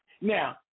Now